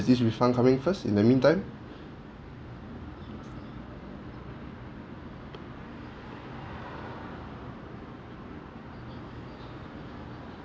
this refund coming first in the meantime